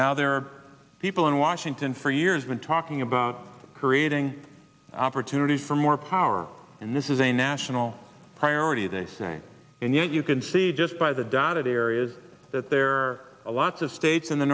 now there are people in washington for years been talking about creating opportunities for more power and this is a national priority they say and yet you can see just by the dotted areas that there are a lots of states in the